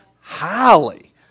highly